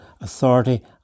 authority